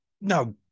no